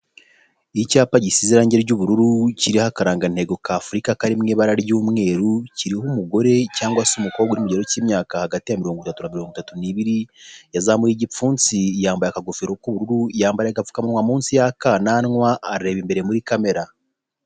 Icyapa gisize irangi ry'ubururu kiriho akarangantego ka afurika kari mw'ibara ry'umweru kiriho umugore cyangwa se umukobwa uri mukigero cy'imyaka hagati ya mirongo itatu na mirongo itatu nibiri yazamuye igipfunsi yambaye akagofero k'ubururu yambaye agapfukamwa munsi y'akananwa areba imbere muri kamera.